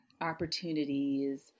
opportunities